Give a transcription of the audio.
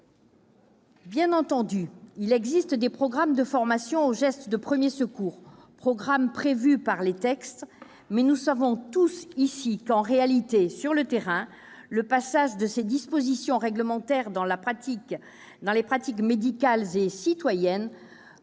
Bien entendu, il existe des programmes de formation aux gestes de premiers secours, programmes prévus par les textes. Mais nous savons tous ici qu'en réalité, sur le terrain, le passage de ces dispositions réglementaires dans les pratiques médicales et citoyennes